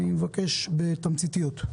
אבקש רק בתמציתיות.